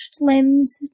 limbs